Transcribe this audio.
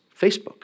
Facebook